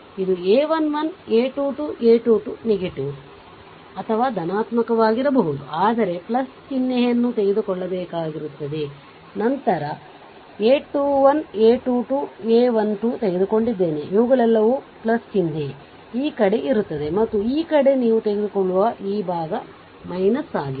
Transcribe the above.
ಇದು a 1 1 a 2 2 a 2 2 negative ಧನಾತ್ಮಕಆಗಿರಬಹುದು ಆದರೆ ಚಿಹ್ನೆಯನ್ನು ತೆಗೆದುಕೊಳ್ಳಬೇಕಾಗಿರುತ್ತದೆ ನಂತರ a 21 a 2 2 a 1 2 ತೆಗೆದುಕೊಂಡಿದ್ದೇನೆ ಇವುಗಳೆಲ್ಲವೂ ಚಿಹ್ನೆ ಈ ಕಡೆ ಇರುತ್ತದೆ ಮತ್ತು ಈ ಕಡೆ ನೀವು ತೆಗೆದುಕೊಳ್ಳುವ ಈ ಭಾಗ ಆಗಿದೆ